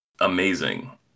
amazing